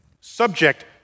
subject